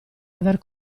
aver